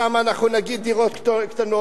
ושם אנחנו נגיד: דירות קטנות.